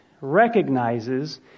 recognizes